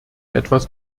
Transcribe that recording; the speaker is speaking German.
etwas